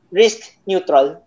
risk-neutral